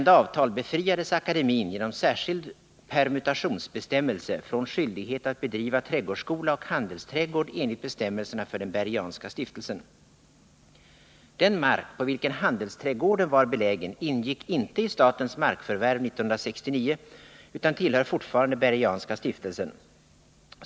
Den mark på vilken handelsträdgården var belägen ingick inte i statens markförvärv 1969 utan tillhör fortfarande Bergianska stiftelsen.